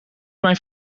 mijn